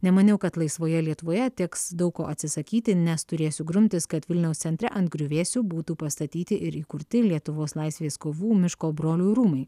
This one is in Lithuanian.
nemaniau kad laisvoje lietuvoje teks daug ko atsisakyti nes turėsiu grumtis kad vilniaus centre ant griuvėsių būtų pastatyti ir įkurti lietuvos laisvės kovų miško brolių rūmai